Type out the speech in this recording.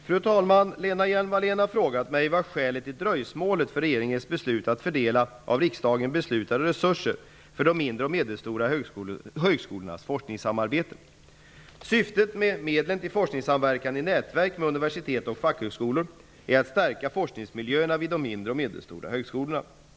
Fru talman! Lena Hjelm-Wallén har frågat mig vad skälet är till dröjsmålet för regeringens beslut att fördela av riksdagen beslutade resurser för de mindre och medelstora högskolornas forskningssamarbete. Syftet med medlen för forskningssamverkan i nätverk med universitet och fackhögskolor är att stärka forskningsmiljöerna vid de mindre och medelstora högskolorna.